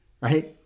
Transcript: right